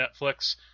netflix